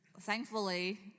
Thankfully